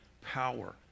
power